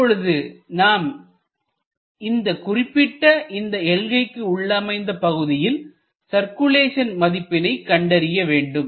இப்பொழுது நாம் இந்த குறிப்பிட்ட இந்த எல்கைக்கு உள்ளமைந்த பகுதியில் சர்குலேஷன் மதிப்பினை கண்டறியவேண்டும்